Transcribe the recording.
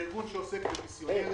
בארגון שעוסק במיסיונריות,